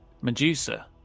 Medusa